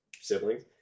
siblings